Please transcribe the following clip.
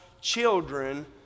children